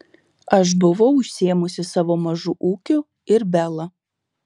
aš buvau užsiėmusi savo mažu ūkiu ir bela